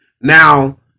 Now